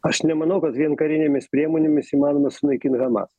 aš nemanau kad vien karinėmis priemonėmis įmanoma sunaikint hamas